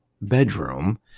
bedroom